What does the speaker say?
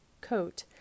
coat